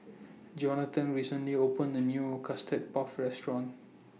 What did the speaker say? Jonathan recently opened A New Custard Puff Restaurant